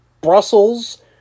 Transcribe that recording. Brussels